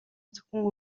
зөвхөн